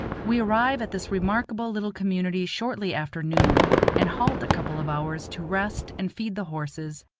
we arrive at this remarkable little community shortly after noon, and halt a couple of hours to rest and feed the horses,